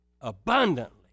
abundantly